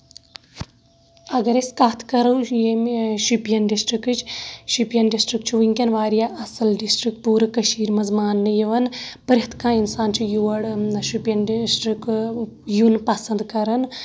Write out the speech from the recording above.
اَگر أسۍ کَتھ کَرو ییٚمہِ شپین ڈسٹرکٹٕچ شپین ڈسٹرکٹ چھُ ؤنٛکیٚن واریاہ اَصٕل ڈسٹرکٹ پوٗرٕ کٔشِر منٛز ماننہٕ یوان پریٚتھ کانٛہہ اِنسان چھُ یور شپین ڈسٹرک یُن پسنٛد کران